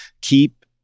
keep